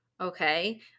okay